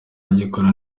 agikora